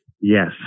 Yes